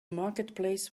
marketplace